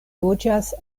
loĝas